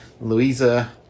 louisa